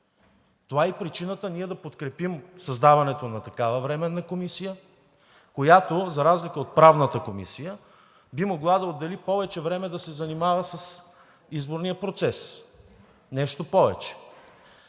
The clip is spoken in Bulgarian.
Това е и причината ние да подкрепим създаването на такава временна комисия, която за разлика от Правната комисия би могла да отдели повече време да се занимава с изборния процес. Нещо повече,